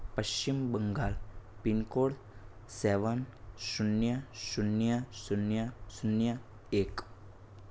પશ્ચિમ Bangal pincode seven શૂન્ય શૂન્ય શૂન્ય શૂન્ય એક